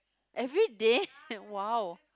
everyday !wow!